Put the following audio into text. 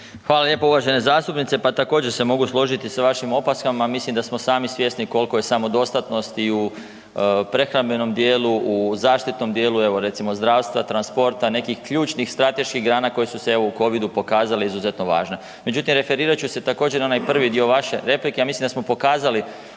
Hvala lijepo. Uvažena zastupnice, pa također se mogu složiti sa vašim opaskama, mislim da smo sami svjesni koliko je samodostatnosti u prehrambenom dijelu u zaštitnom dijelu evo recimo zdravstva, transporta, nekih ključnih strateških grana koje su se evo u covidu pokazale izuzetno važne. Međutim referirat ću se također na onaj prvi dio vaše replike, ja mislim da smo pokazali